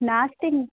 नास्ति